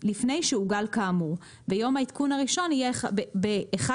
לפני שעוגל כאמור ויום העדכון הראשון יהיה ב-1